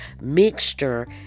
mixture